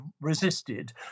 resisted